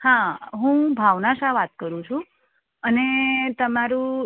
હા હું ભાવના શાહ વાત કરું છું અને તમારું